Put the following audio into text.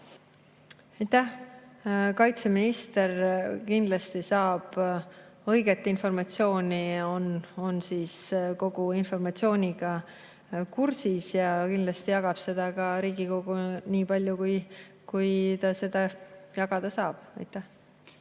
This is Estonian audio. Aitäh! Kaitseminister kindlasti saab õiget informatsiooni, ta on kogu informatsiooniga kursis ja kindlasti jagab seda ka Riigikogule nii palju, kui ta seda jagada saab. Aitäh!